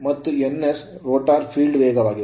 ಮತ್ತು ns rotating field ವೇಗವಾಗಿದೆ